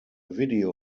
video